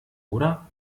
oder